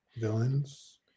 villains